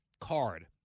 card